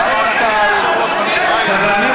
סדרנים,